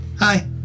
hi